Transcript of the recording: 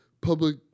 public